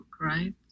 right